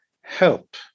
help